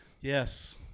Yes